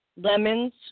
lemons